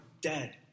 dead